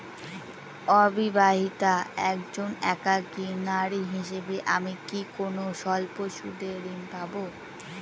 অবিবাহিতা একজন একাকী নারী হিসেবে আমি কি কোনো স্বল্প সুদের ঋণ পাব?